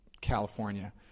California